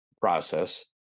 process